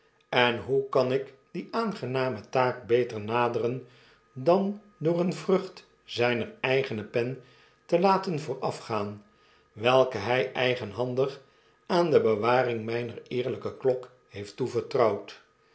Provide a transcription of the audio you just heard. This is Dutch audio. en hoe kan ik die aangename taak beter naderen dan door een vrucht zijner eigene pen te laten voorafgaan welke hij eigenhandig aan de bewaring mijner eerlijke klok heeft toevertrouwd